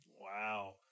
Wow